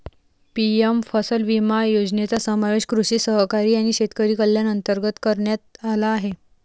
PM फसल विमा योजनेचा समावेश कृषी सहकारी आणि शेतकरी कल्याण अंतर्गत करण्यात आला आहे